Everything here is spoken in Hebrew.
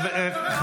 סליחה, אני מתנצל.